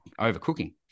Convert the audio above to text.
overcooking